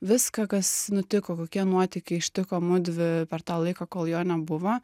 viską kas nutiko kokie nuotykiai ištiko mudvi per tą laiką kol jo nebuvo